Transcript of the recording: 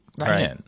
Right